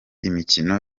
imikino